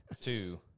Two